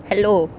hello